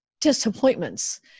disappointments